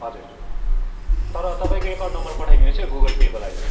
हजुर तर तपाईँको एकाउन्ट नम्बर पठाइदिनुहोस् है गुगल पेको लागि